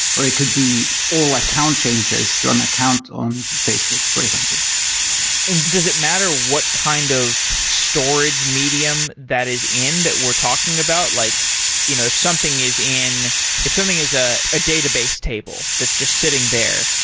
or it could be all account changes on account on facebook for example and does it matter what kind of storage medium that is in that we're talking about? like you know if something is if something is a ah database table that's just sitting there,